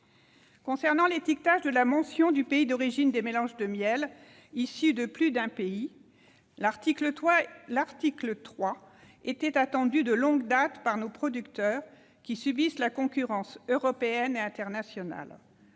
porte sur l'étiquetage de la mention du pays d'origine des mélanges de miels issus de plus d'un pays, était attendu de longue date par nos producteurs, qui subissent la concurrence européenne et internationale.